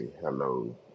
hello